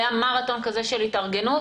היה מרתון של התארגנות.